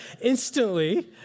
Instantly